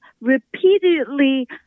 repeatedly